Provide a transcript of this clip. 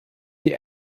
die